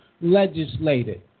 legislated